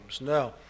Now